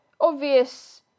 obvious